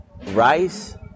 rice